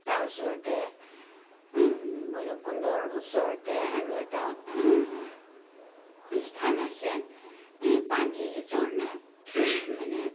তাৰ ওচৰতে ভৈৰৱকুণ্ডৰ ওচৰতে আৰু এটা স্থান আছে এই পানীৰ ঝৰ্ণা মানে